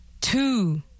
two